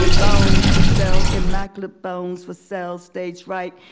bones for sale. immaculate bones for sale, stage right.